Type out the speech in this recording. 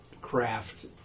craft